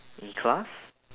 in class